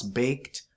baked